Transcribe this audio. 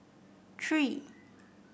three